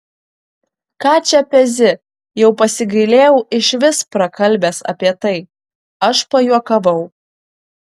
ką čia pezi jau pasigailėjau išvis prakalbęs apie tai aš pajuokavau